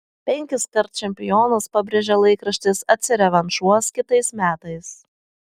penkiskart čempionas pabrėžė laikraštis atsirevanšuos kitais metais